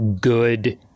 good